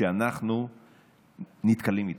שאנחנו נתקלים בהם,